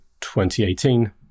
2018